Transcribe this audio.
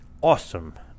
awesome